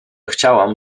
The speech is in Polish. chciałam